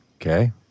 Okay